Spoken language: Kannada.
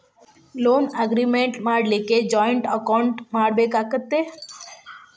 ಲೊನ್ ಅಗ್ರಿಮೆನ್ಟ್ ಮಾಡ್ಲಿಕ್ಕೆ ಜಾಯಿಂಟ್ ಅಕೌಂಟ್ ಮಾಡ್ಬೆಕಾಕ್ಕತೇ?